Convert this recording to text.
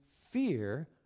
fear